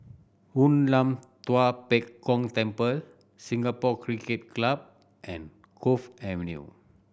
Hoon Lam Tua Pek Kong Temple Singapore Cricket Club and Cove Avenue